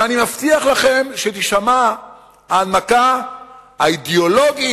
ואני מבטיח לכם שתישמע ההנמקה האידיאולוגית